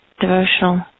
devotional